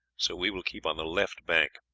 so we will keep on the left bank.